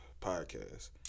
podcast